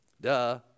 Duh